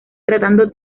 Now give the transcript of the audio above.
tratando